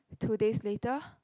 two days later